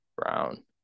Brown